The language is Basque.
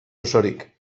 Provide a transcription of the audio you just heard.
osorik